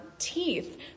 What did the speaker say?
Teeth